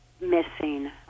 missing